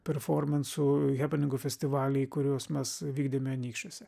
performansų hepeningų festivaliai kuriuos mes vykdėme anykščiuose